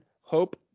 Hope